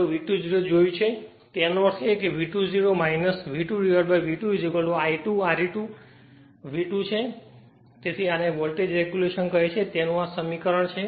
તેનો અર્થ છે V2 0 V2V2 I2 Re2 V2 તેથી આ જેને રેગ્યુલેશન કહે છે તેનું સમીકરણ છે